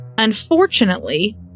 Unfortunately